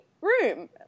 room